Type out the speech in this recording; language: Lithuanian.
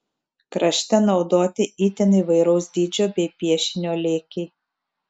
krašte naudoti itin įvairaus dydžio bei piešinio lėkiai